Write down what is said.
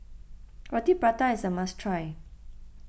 Roti Prata is a must try